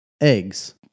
eggs